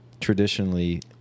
traditionally